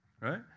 right